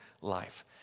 life